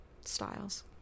styles